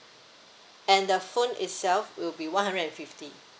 and the phone itself will be one hundred and fifty